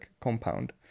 compound